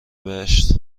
بهشت